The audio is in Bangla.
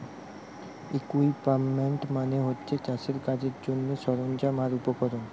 ইকুইপমেন্ট মানে হচ্ছে চাষের কাজের জন্যে সরঞ্জাম আর উপকরণ